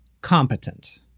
competent